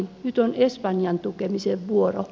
nyt on espanjan tukemisen vuoro